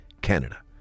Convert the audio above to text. Canada